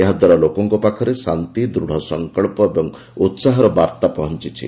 ଏହାଦ୍ୱାରା ଲୋକଙ୍କ ପାଖରେ ଶାନ୍ତି ଦୃଢ଼ ସଂକଳ୍ପ ଏବଂ ଉତ୍ସାହର ବାର୍ତ୍ତା ପହଞ୍ଚୁଛି